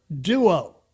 Duo